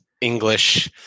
English